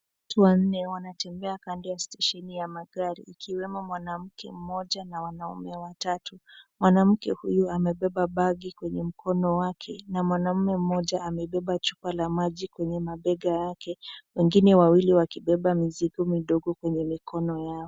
Watu wanne wanne wanatembea kando ya stesheni ya magari ikiwemo mwanamke mmoja na wanaume watatu mwanamke huyu amebeba bagi kwenye mkono wake na mwanume mmoja amebeba chupa la maji kwenye mabega yake wengine wawili wakibeba mizigo midogo kwenye mikono yao.